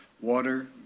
water